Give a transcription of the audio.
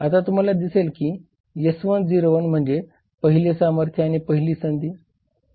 आता तुम्हाला दिसेल की S1 O1 म्हणजे पहिले सामर्थ्य आणि पहिली संधी